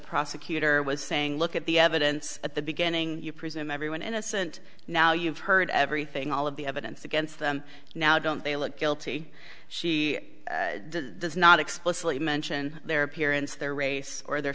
prosecutor was saying look at the evidence at the beginning you presume everyone innocent now you've heard everything all of the evidence against them now don't they look guilty she does not explicitly mention their appearance their race or their